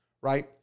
right